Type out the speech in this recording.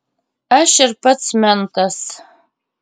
aš ir pats mentas